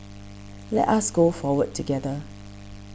let us go forward together